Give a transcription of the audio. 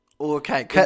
okay